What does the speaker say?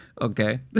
okay